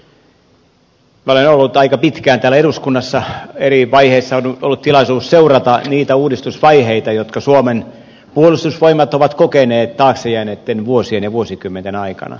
minä olen ollut aika pitkään täällä eduskunnassa eri vaiheissa on ollut tilaisuus seurata niitä uudistusvaiheita jotka suomen puolustusvoimat on kokenut taakse jääneitten vuosien ja vuosikymmenten aikana